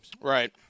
Right